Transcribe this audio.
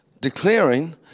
declaring